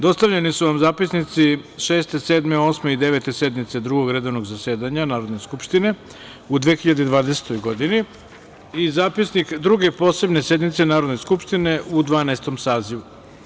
Dostavljeni su vam zapisnici Šeste, Sedme, Osme i Devete sednice Drugog redovnog zasedanja Narodne skupštine u 2020. godini i Zapisnik Druge posebne sednice Narodne skupštine u Dvanaestom sazivu.